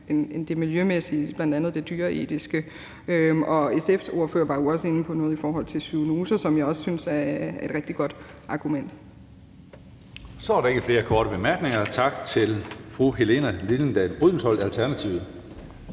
end det miljømæssige, bl.a. det dyreetiske. SF's ordfører var jo også inde på noget i forhold til zoonoser, som jeg også synes er et rigtig godt argument. Kl. 16:14 Tredje næstformand (Karsten Hønge): Så er der ikke flere korte bemærkninger. Tak til fru Helene Liliendahl Brydensholt, Alternativet.